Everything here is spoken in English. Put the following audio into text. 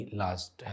last